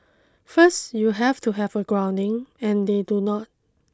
first you have to have a grounding and they do not